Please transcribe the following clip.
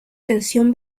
tensión